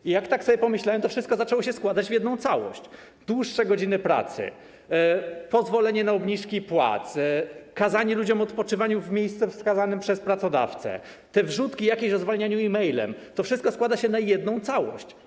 I jak tak sobie pomyślałem, to wszystko zaczęło się składać w jedną całość: dłuższe godziny pracy, pozwolenie na obniżki płac, nakazywanie ludziom odpoczynku w miejscu wskazanym przez pracodawcę, jakieś wrzutki o zwalnianiu e-mailem - to wszystko składa się na jedną całość.